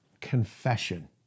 confession